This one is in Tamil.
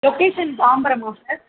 லொக்கேஷன் தாம்பரமா சார்